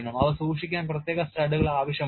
അവ സൂക്ഷിക്കാൻ പ്രത്യേക സ്റ്റഡുകൾ ആവശ്യമാണ്